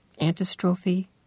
antistrophe